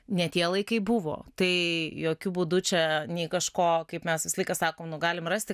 ne tie laikai buvo tai jokiu būdu čia nei kažko kaip mes visą laiką sakom nu galim rasti